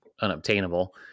unobtainable